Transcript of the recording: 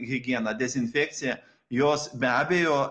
higiena dezinfekcija jos be abejo